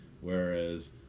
Whereas